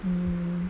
mmhmm